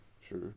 Sure